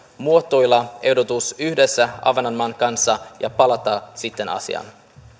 muotoilla ehdotus yhdessä ahvenanmaan kanssa ja palata sitten asiaan